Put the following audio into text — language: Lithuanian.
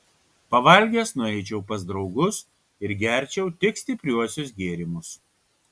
pavalgęs nueičiau pas draugus ir gerčiau tik stipriuosius gėrimus